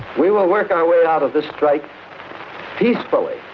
we will work our way out of this strike peacefully